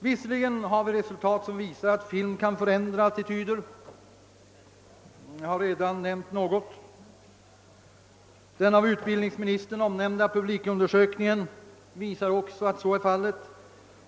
Det finns redan resultat som visar att film kan förändra attityder — jag har nämnt några sådana. Den av utbildningsministern omnämnda publikundersökningen visar också att så är fallet.